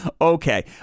Okay